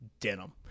denim